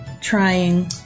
trying